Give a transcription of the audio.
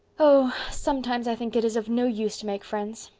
oh, sometimes, i think it is of no use to make friends.